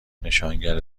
نشانگر